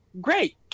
Great